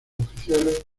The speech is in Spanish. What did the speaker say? oficiales